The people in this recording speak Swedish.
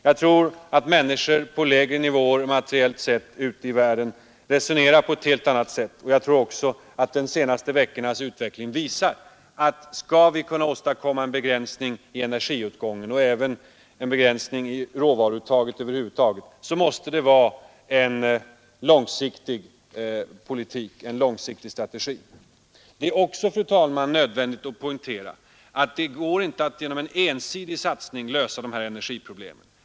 Jag tror att människor på lägre nivåer ute i världen, materiellt sett, resonerar på ett helt annat sätt. Likaså menar jag att de senaste veckornas utveckling visar att om vi skall kunna åstadkomma en begränsning av energiåtgången och i råvaruuttaget över huvud taget, så måste det vara med en långsiktig politik och strategi. Det är också nödvändigt att understryka att det inte går att lösa energiproblemen genom en ensidig satsning.